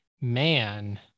man